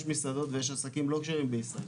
יש מסעדות ויש עסקים לא כשרים בישראל.